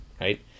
right